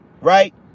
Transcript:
right